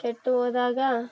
ಕೆಟ್ಟು ಹೋದಾಗ